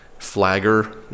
Flagger